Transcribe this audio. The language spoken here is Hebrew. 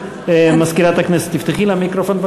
מזכירת הכנסת, תפתחי לה מיקרופון.